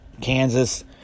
Kansas